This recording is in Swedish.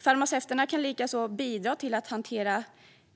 Farmaceuterna kan likaså bidra till att hantera